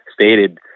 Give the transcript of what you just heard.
stated